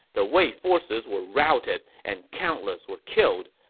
the wei forces were routed and countless were killed.